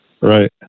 right